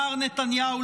מר נתניהו,